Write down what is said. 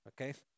Okay